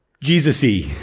Jesus-y